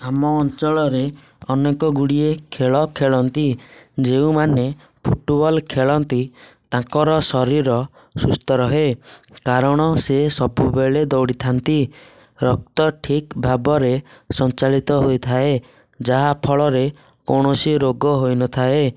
ଆମ ଅଞ୍ଚଳରେ ଅନେକ ଗୁଡ଼ିଏ ଖେଳ ଖେଳନ୍ତି ଯେଉଁମାନେ ଫୁଟବଲ ଖେଳନ୍ତି ତାଙ୍କର ଶରୀର ସୁସ୍ଥ ରହେ କାରଣ ସେ ସବୁବେଳେ ଦୌଡ଼ିଥାନ୍ତି ରକ୍ତ ଠିକ୍ ଭାବରେ ସଞ୍ଚାଳିତ ହୋଇଥାଏ ଯାହାଫଳରେ କୌଣସି ରୋଗ ହୋଇନଥାଏ